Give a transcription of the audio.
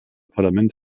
parlament